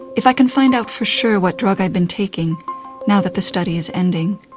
if i can find out for sure what drug i've been taking now that the study is ending.